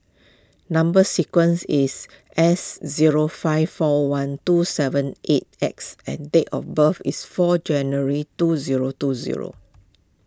Number Sequence is S zero five four one two seven eight X and date of birth is four January two zero two zero